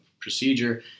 procedure